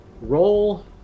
roll